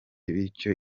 bityo